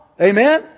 Amen